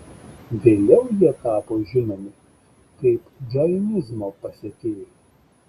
vėliau jie tapo žinomi kaip džainizmo pasekėjai